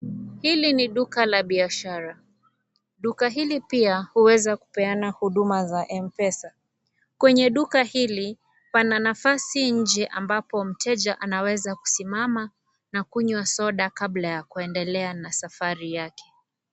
Hili duka la biashara. Duka hili pia huweza kupeana huduma za m-pesa . Kwenye duka hili pana nafasi nje ambapo mteja anaweza kusimama na kunywa soda kabla ya kuendelea na safari yake.